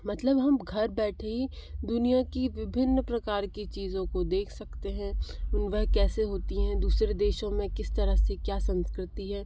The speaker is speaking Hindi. मतलब हम घर बैठ ही दुनिया की विभिन्न प्रकार की चीज़ों को देख सकते हैं वह कैसे होती हैं दूसरे देशों मे किस तरह से क्या संस्कृति है